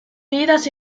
vidas